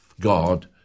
God